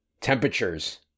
Temperatures